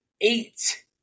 eight